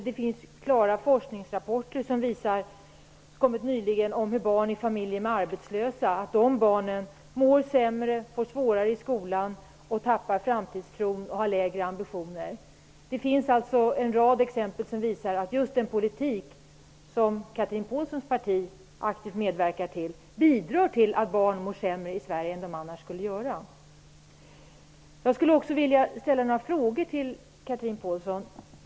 Det finns forskningsrapporter som kommit nyligen som visar att barn i familjer med arbetslösa föräldrar mår sämre, får det svårare i skolan, tappar framtidstron och har lägre ambitioner. Det finns alltså en rad exempel som visar att just den politik som Chatrine Pålssons parti aktivt medverkar till bidrar till att barn i Sverige mår sämre än de annars skulle göra. Chatrine Pålsson.